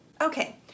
Okay